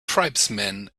tribesmen